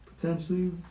Potentially